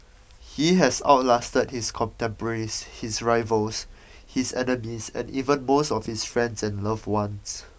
he has out lasted his contemporaries his rivals his enemies and even most of his friends and loved ones